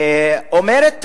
אומרת,